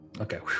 Okay